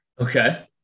Okay